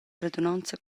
radunonza